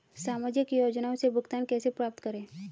सामाजिक योजनाओं से भुगतान कैसे प्राप्त करें?